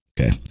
Okay